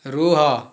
ରୁହ